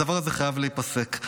הדבר הזה חייב להיפסק.